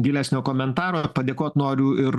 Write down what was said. gilesnio komentaro padėkot noriu ir